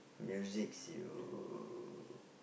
musics you